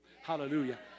hallelujah